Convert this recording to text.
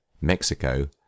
Mexico